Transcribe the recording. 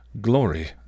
Glory